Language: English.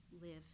live